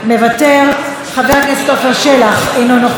מוותר, חבר הכנסת עפר שלח, אינו נוכח,